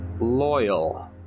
Loyal